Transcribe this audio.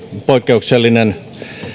poikkeuksellisen